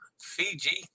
Fiji